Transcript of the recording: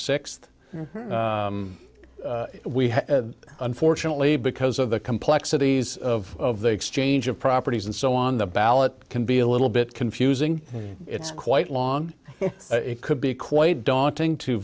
sixth unfortunately because of the complexities of the exchange of properties and so on the ballot can be a little bit confusing it's quite long it could be quite daunting to